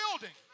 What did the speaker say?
building